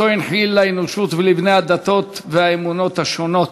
שאותו הנחיל לאנושות ולבני הדתות והאמונות השונות,